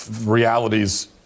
realities